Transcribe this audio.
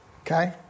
okay